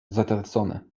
zatracone